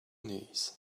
knees